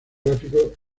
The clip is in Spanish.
gráfico